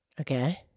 Okay